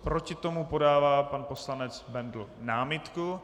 Proti tomu podává pan poslanec Bendl námitku.